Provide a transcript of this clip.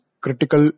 critical